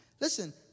Listen